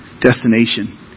destination